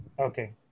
Okay